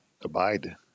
abide